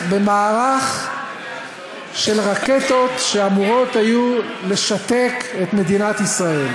במערך של רקטות שאמורות היו לשתק את מדינת ישראל.